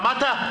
שמעת?